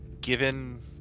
Given